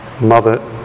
mother